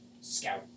scout